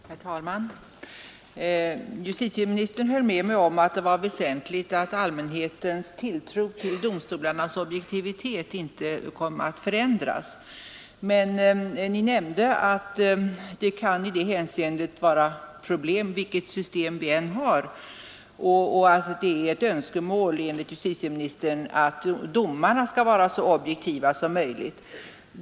Herr talman! Justitieministern höll med mig om att det är väsentligt att allmänhetens tilltro till domstolarnas objektivitet inte förändras, men han nämnde att det i det hänseendet kan vara ett problem vilket system vi än har. Enligt justitieministern är det ett önskemål att domarna skall vara så objektiva som möjligt.